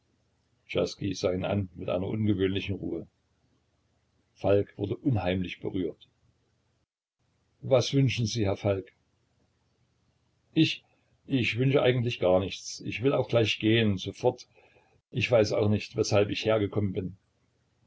sah ihn an mit einer ungewöhnlichen ruhe falk wurde unheimlich berührt was wünschen sie herr falk ich ich wünsche eigentlich gar nichts ich will auch gleich gehen sofort ich weiß auch nicht weshalb ich hergekommen bin